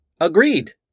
Agreed